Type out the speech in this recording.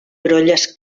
brolles